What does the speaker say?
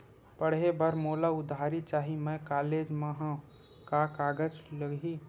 पढ़े बर मोला उधारी चाही मैं कॉलेज मा हव, का कागज लगही?